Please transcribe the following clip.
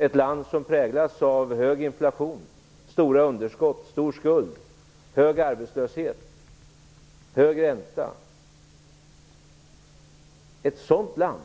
Ett land som präglas av hög inflation, stora underskott, stor skuld, hög arbetslöshet och hög ränta, ett land